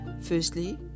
Firstly